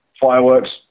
fireworks